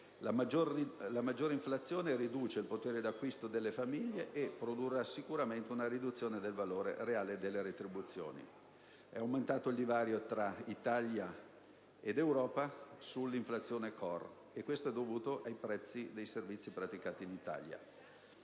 La maggiore inflazione riduce il potere d'acquisto delle famiglie e produrrà sicuramente una riduzione del valore reale delle retribuzioni. È aumentato il divario tra Italia ed Europa sull'inflazione *core*, e questo è dovuto ai prezzi dei servizi praticati in Italia.